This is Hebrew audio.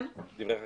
דברי חקיקה.